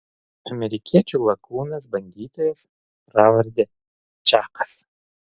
amerikiečių lakūnas bandytojas pravarde čakas